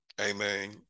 amen